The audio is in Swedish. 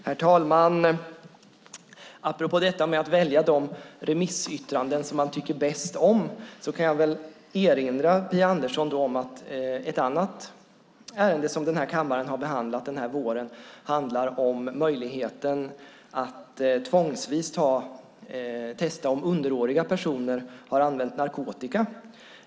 Herr talman! Apropå detta att välja de remissyttranden man tycker bäst om kan jag erinra Phia Andersson om ett annat ärende som kammaren har behandlat under våren och som handlar om möjligheten att tvångsvis testa om underåriga personer har använt narkotika.